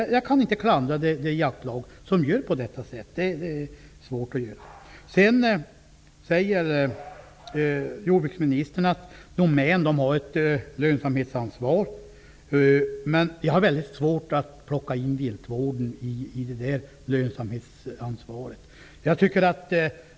Jag klandrar inte det jaktlag som gör på detta sätt. Jordbruksministern säger att Domän har ett lönsamhetsansvar. Men jag har mycket svårt att ta in viltvården i lönsamhetsansvaret.